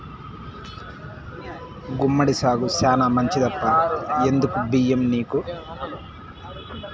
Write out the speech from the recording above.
గుమ్మడి సాగు శానా మంచిదప్పా ఎందుకీ బయ్యం నీకు